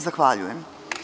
Zahvaljujem.